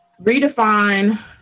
redefine